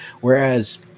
Whereas